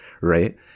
Right